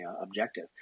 objective